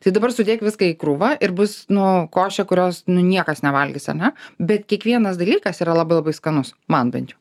tai dabar sudėk viską į krūvą ir bus nu košė kurios nu niekas nevalgys ar ne bet kiekvienas dalykas yra labai labai skanus man bent jau